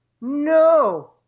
no